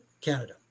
Canada